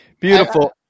Beautiful